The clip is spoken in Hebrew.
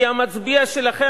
כי המצביע שלכם,